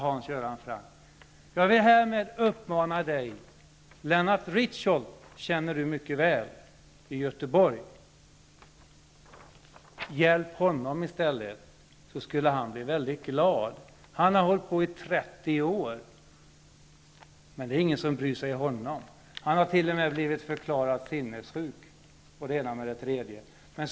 Hans Göran Franck känner mycket väl till Lennart Richholtz i Göteborg. Hjälp honom i stället! Han skulle då bli väldigt glad. Han har hållt på i 30 år, men det är ingen som bryr sig om honom. Han har t.o.m. blivit förklarad sinnessjuk och det ena med det tredje.